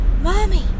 mommy